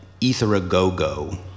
Etheragogo